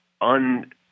un-